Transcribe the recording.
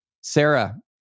Sarah